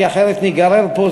כי אחרת ניגרר פה,